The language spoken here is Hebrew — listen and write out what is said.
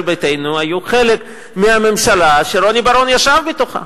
ביתנו היו חלק מהממשלה שרוני בר-און ישב בתוכה,